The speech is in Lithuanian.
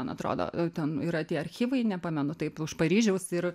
man atrodo ten yra tie archyvai nepamenu taip už paryžiaus ir